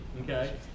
okay